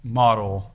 model